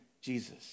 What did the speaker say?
Jesus